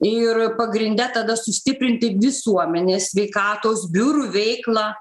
ir pagrinde tada sustiprinti visuomenės sveikatos biurų veiklą